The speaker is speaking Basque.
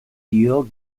dio